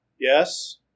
yes